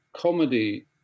comedy